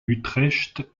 utrecht